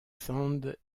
sand